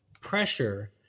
pressure